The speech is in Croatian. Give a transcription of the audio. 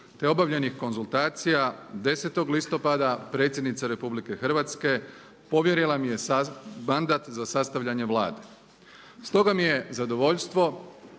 te obavljenih konzultacija 10. listopada Predsjednica Republike Hrvatske povjerila mi je mandat za sastavljanje Vlade. Stoga mi je zadovoljstvo